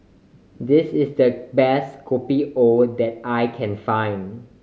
this is the best Kopi O that I can find